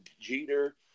Jeter